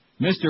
Mr